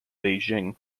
beijing